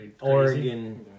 Oregon